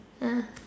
ya